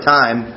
time